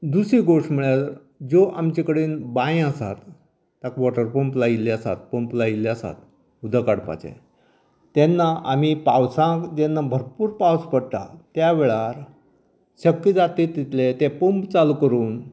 दुसरी गोश्ट म्हळ्यार ज्यो आमचे कडेन बांयो आसात ताका वॉटर पंप लायिल्ले आसात पंप लायिल्ले उदक काडपाक तेन्ना आमी पावसाक जेन्ना भरपूर पावस पडटा त्या वेळार शक्य जाता तितले ते पंप चालू करून